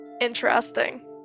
interesting